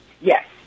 Yes